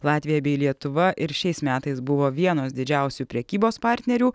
latvija bei lietuva ir šiais metais buvo vienos didžiausių prekybos partnerių